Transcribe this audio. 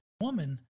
woman